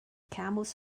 camels